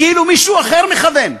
כאילו מישהו אחר מכוון,